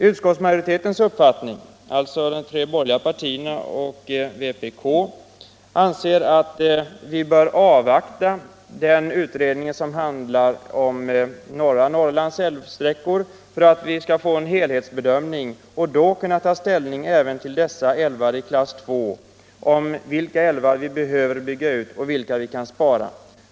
Utskottsmajoriteten — alltså de tre borgerliga partierna och vpk — anser att vi bör avvakta den utredning som handlar om norra Norrlands älvsträckor för att vi skall få en helhetsbedömning och då kunna ta ställning även till dessa älvar i klass 2 — vilka älvar vi behöver bygga ut och vilka vi kan spara.